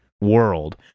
world